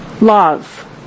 love